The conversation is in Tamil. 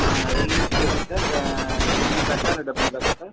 ஆ ரெண்டு லிட்ரு எப்படி சார் சிங்கிள் பேக்கா இல்லை டபுள் பேக்கா சார்